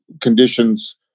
conditions